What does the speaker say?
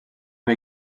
una